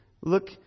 Look